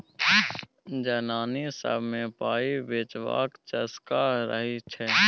जनानी सब मे पाइ बचेबाक चस्का रहय छै